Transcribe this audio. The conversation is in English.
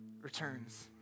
returns